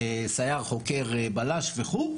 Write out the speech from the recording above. בלש וכו',